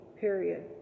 period